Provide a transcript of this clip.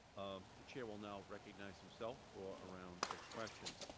the chair will now recognize himself for a round of questions.